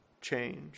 change